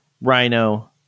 rhino